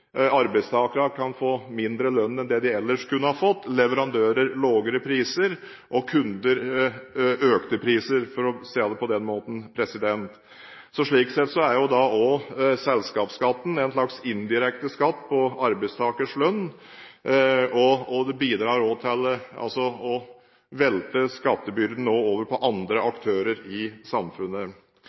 kan få mindre lønn enn de ellers kunne ha fått, leverandører lavere priser og kunder økte priser, for å si det på den måten. Slik sett er selskapsskatten også en slags indirekte skatt på arbeidstakers lønn, og det bidrar til å velte skattebyrden over på andre aktører i samfunnet.